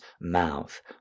mouth